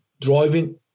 driving